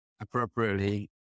appropriately